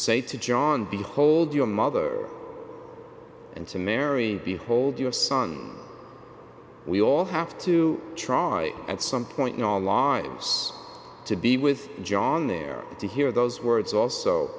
say to john behold your mother and to mary behold your son we all have to try at some point in our lives to be with john there to hear those words also